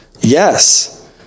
Yes